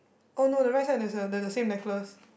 oh no the right side there's a the the same necklace